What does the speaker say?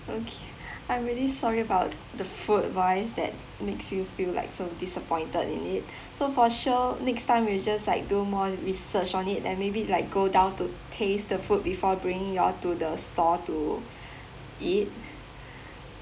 okay I'm really sorry about the food wise that makes you feel like so disappointed in it so for sure next time we'll just like do more research on it and maybe like go down to taste the food before bringing you'll to the store to eat